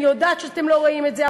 אני יודעת שאתם לא רואים את זה,